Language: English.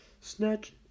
Snatch